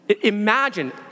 imagine